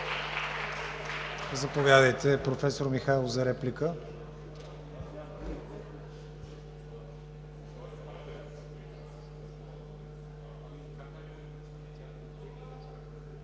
Заповядайте, професор Михайлов, за реплика.